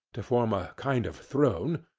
to form a kind of throne,